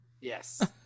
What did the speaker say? Yes